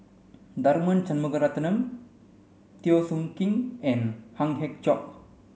Tharman Shanmugaratnam Teo Soon Kim and Ang Hiong Chiok